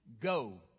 go